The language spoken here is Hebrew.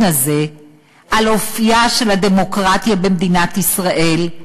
הזה באופייה של הדמוקרטיה במדינת ישראל,